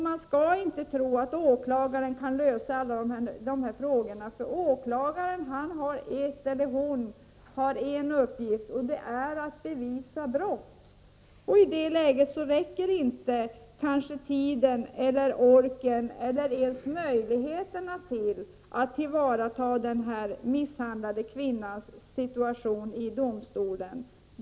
Man skall inte tro att åklagaren kan lösa alla de här problemen, för åklagaren har en uppgift och det är att bevisa brott. I det läget räcker kanske inte tiden eller orken eller ens möjligheterna till för att tillvarata den misshandlade kvinnans situation i domstolen.